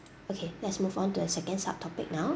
okay let's move onto the second sub topic now